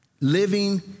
living